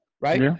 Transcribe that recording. right